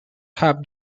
have